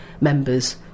members